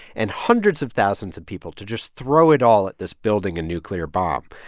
and hundreds of thousands of people, to just throw it all at this building a nuclear bomb.